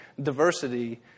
diversity